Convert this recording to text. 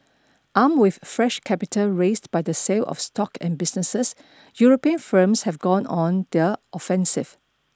armed with fresh capital raised by the sale of stock and businesses European firms have gone on their offensive